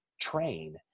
train